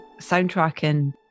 Soundtracking